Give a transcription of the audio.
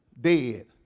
Dead